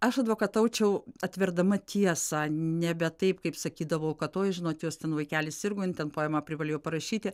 aš advokataučiau atverdama tiesą nebe taip kaip sakydavau kad oj žinot jos ten vaikelis sirgo jin ten poemą privalėjo parašyti